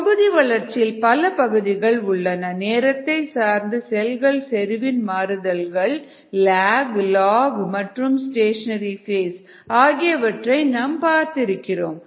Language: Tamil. தொகுதி வளர்ச்சியில் பல பகுதிகள் உள்ளன நேரத்தை சார்ந்து செல்கள் செறிவில் மாறுதல்கள் லாக் லாக் மற்றும் ஸ்டேஷனரி ஃபேஸ் ஆகியவற்றை நாம் பார்த்திருக்கிறோம்